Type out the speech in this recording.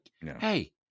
hey